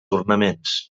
ornaments